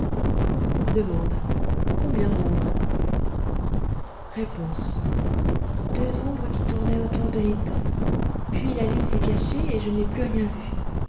d'ombres r deux ombres qui tournaient autour de l'étang puis la lune s'est cachée et je n'ai plus rien vu